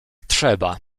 trzeba